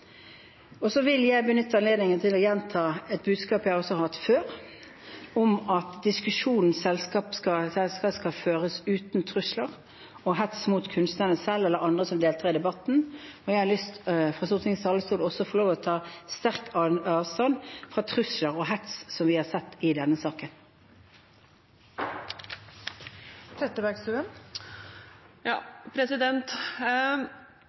Så vil jeg benytte anledningen til å gjenta et budskap jeg har kommet med før, om at en diskusjon selvsagt skal føres uten trusler og hets mot kunstnerne selv eller mot andre som deltar i debatten. Jeg har lyst til fra Stortingets talerstol å ta sterkt avstand fra trusler og hets, som vi har sett i denne saken.